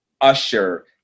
Usher